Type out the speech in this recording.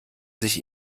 sich